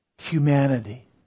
humanity